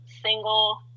single